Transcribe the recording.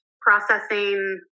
processing